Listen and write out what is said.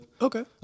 Okay